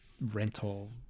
rental